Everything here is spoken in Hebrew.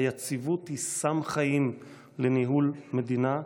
היציבות היא סם חיים לניהול מדינה,